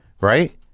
right